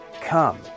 come